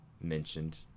mentioned